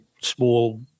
small